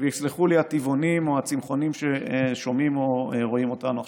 ויסלחו לי הטבעונים או הצמחונים ששומעים או רואים אותנו עכשיו,